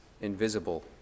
invisible